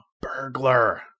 burglar